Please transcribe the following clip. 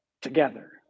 together